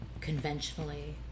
conventionally